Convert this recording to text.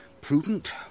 prudent